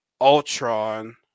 Ultron